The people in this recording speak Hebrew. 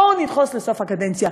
בואו נדחוס לסוף הקדנציה.